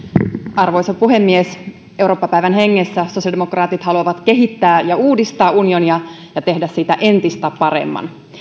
arvoisa puhemies eurooppa päivän hengessä sosiaalidemokraatit haluavat kehittää ja uudistaa unionia ja tehdä siitä entistä paremman